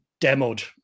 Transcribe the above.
demoed